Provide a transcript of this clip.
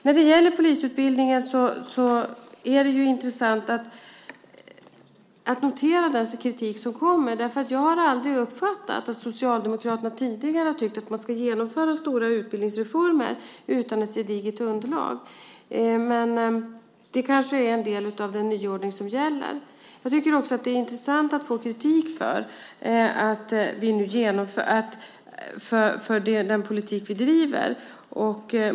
När det gäller polisutbildningen är det intressant att notera den kritik som kommer. Jag har aldrig uppfattat att Socialdemokraterna tidigare har tyckt att man ska genomföra stora utbildningsreformer utan ett gediget underlag. Men det kanske är en del av den nyordning som gäller. Jag tycker också att det är intressant att få kritik för den politik vi driver.